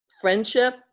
Friendship